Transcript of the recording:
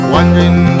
Wondering